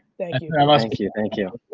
thank you um ah thank you, thank you.